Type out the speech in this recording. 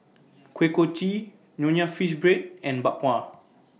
Kuih Kochi Nonya Fish Bread and Bak Kwa